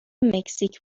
مکزیک